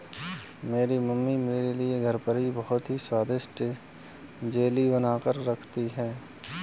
मेरी मम्मी मेरे लिए घर पर ही बहुत ही स्वादिष्ट जेली बनाकर रखती है